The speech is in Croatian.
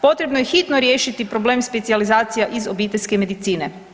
Potrebno je hitno riješiti problem specijalizacija iz obiteljske medicine.